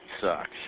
sucks